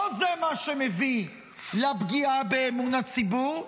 לא זה מה שמביא לפגיעה באמון הציבור,